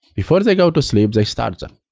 before they go to sleep, they start them.